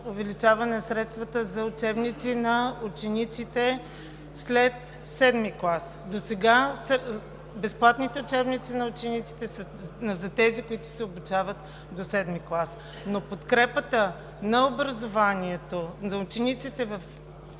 увеличаване на средствата за учебници на учениците след VII клас. Досега са безплатни учебниците на учениците, но за тези, които се обучават до VII клас. Подкрепата на образованието за учениците в